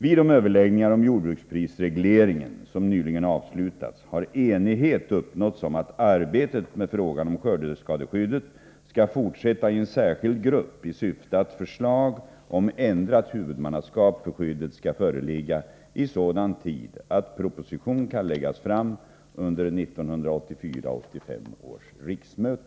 Vid de överläggningar om jordbruksprisregleringen som nyligen avslutats har enighet uppnåtts om att arbetet med frågan om skördeskadeskyddet skall fortsätta i en särskild grupp, och syftet är att förslag om ändrat huvudmannaskap för skyddet skall föreligga i sådan tid att proposition kan läggas fram under 1984/85 års riksmöte.